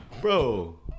bro